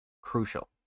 crucial